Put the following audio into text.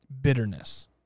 bitterness